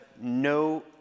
no